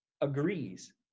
agrees